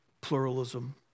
pluralism